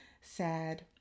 sad